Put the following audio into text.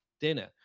dinner